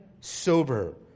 sober